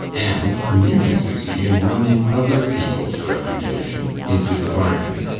and nearly succeed in ruining other people's reputation into the bargain.